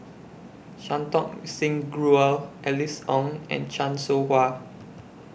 Santokh Singh Grewal Alice Ong and Chan Soh Ha